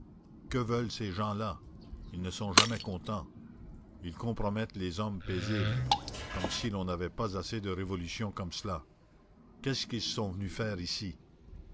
que veulent ces gens-là ils ne sont jamais contents ils compromettent les hommes paisibles comme si l'on n'avait pas assez de révolutions comme cela qu'est-ce qu'ils sont venus faire ici